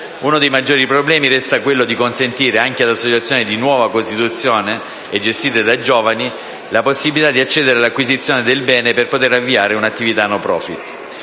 Uno dei maggiori problemi resta quello di consentire anche ad associazioni di nuova costituzione e gestite da giovani la possibilità di accedere all'acquisizione del bene per poter avviare un'attività *no profit*.